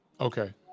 Okay